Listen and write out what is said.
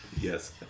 Yes